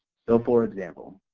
so for example,